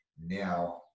now